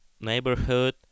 neighborhood